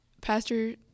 Pastor